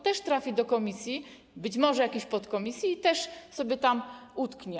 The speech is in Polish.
Też trafi do komisji, być może jakiejś podkomisji, też tam utknie.